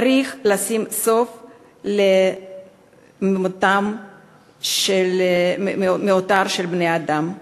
צריך לשים סוף למותם המיותר של בני-אדם.